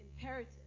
imperative